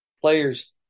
players